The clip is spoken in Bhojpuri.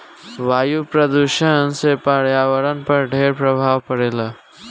वायु प्रदूषण से पर्यावरण पर ढेर प्रभाव पड़ेला